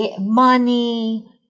money